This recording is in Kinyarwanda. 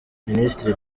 minisitiri